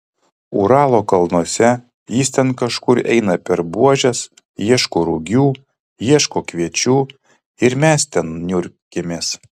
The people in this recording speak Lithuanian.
uralo kalnuose jis ten kažkur eina per buožes ieško rugių ieško kviečių ir mes ten niurkėmės